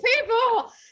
people